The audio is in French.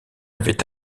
avait